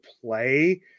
play